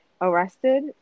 arrested